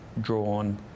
drawn